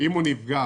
אם עסק נפגע